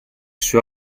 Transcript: suoi